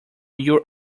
your